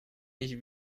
nicht